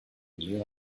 knew